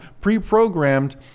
pre-programmed